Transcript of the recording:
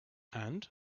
and